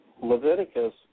Leviticus